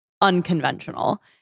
unconventional